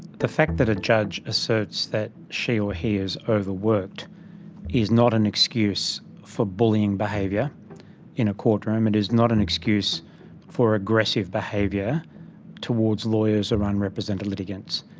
the fact that a judge asserts that she or he is overworked is not an excuse for bullying behaviour in a courtroom and is not an excuse for aggressive behaviour towards lawyers or unrepresented litigants.